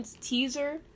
Teaser